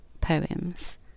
poems